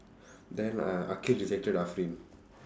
then uh akhil rejected